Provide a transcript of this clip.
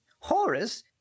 Horace